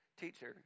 teacher